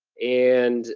and